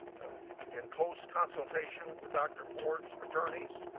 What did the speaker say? in close consultation with dr. ford's attorneys.